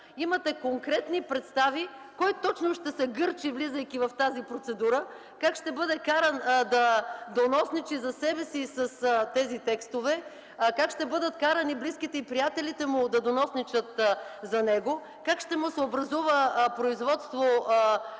имате конкретни представи кой точно ще се гърчи, влизайки в тази процедура, как ще бъде каран да доносничи за себе си с тези текстове, как ще бъдат карани близките и приятелите му да доносничат за него, как ще му се образува производство